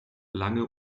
lange